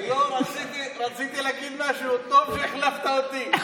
רציתי להגיד משהו טוב כשהחלפת אותי.